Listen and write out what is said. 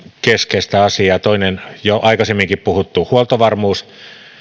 keskeistä asiaa toinen on jo aikaisemminkin puhuttu huoltovarmuus